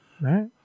Right